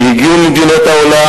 שהגיעו ממדינות העולם.